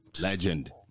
legend